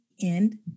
end